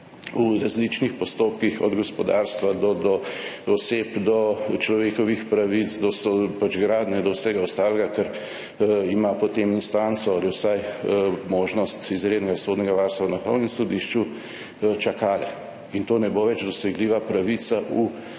v različnih postopkih, od gospodarstva do oseb, do človekovih pravic, do gradnje, do vsega ostalega, kar ima potem instanco ali je vsaj možnost izrednega sodnega varstva na Vrhovnem sodišču, čakale. In to ne bo več dosegljiva pravica v